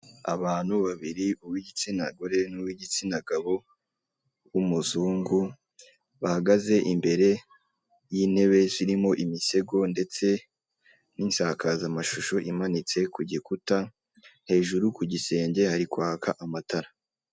Abantu babiri uw'igitsina gore n'uwi'igitsina gabo, w'umuzungu bahagaze imbere y'intebe zirimo imisego ndetse n'insakazamashusho imanitse ku gikuta, hejuru ku gisenge hari kwaka amatara.